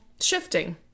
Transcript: shifting